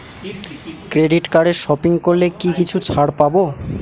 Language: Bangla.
ক্রেডিট কার্ডে সপিং করলে কি কিছু ছাড় পাব?